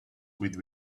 with